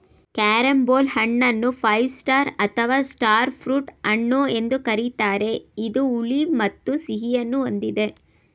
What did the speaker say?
carambola ಹಣ್ಣನ್ನು five star ಅಥವಾ star fruit ಹಣ್ಣು ಎಂದು ಕರಿತಾರೆ ಇದು ಹುಳಿ ಮತ್ತು ಸಿಹಿಯನ್ನು ಹೊಂದಿದೆ